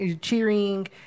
cheering